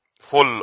full